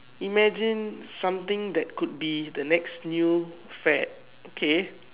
imagine something that could be the next new fad okay